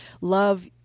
love